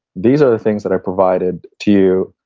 these are the things that i provided to you.